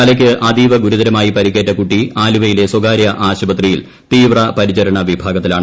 തലയ്ക്ക് അതീവ ഗുരുത്രമായി പരിക്കേറ്റ കുട്ടി ആലുവയിലെ സ്വകാർട്ട് ആശുപത്രിയിൽ തീവ്രപരിചരണ വിഭാഗത്തിലാണ്